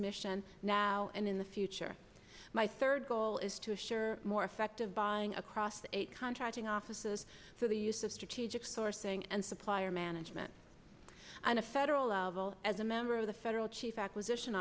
mission now and in the future my third goal is to assure more effective buying across eight contracting offices through the use of strategic sourcing and supplier management and a federal level as a member of the federal chief acquisition